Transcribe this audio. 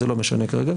זה לא משנה כרגע.